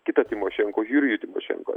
kitą tymošenko jurijų tymošenko